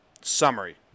summary